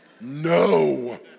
No